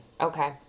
okay